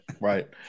right